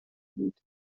بود